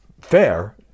fair